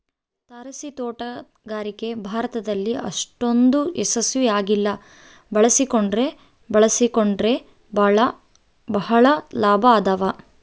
ತಾರಸಿತೋಟಗಾರಿಕೆ ಭಾರತದಲ್ಲಿ ಅಷ್ಟೊಂದು ಯಶಸ್ವಿ ಆಗಿಲ್ಲ ಬಳಸಿಕೊಂಡ್ರೆ ಬಳಸಿಕೊಂಡರೆ ಬಹಳ ಲಾಭ ಅದಾವ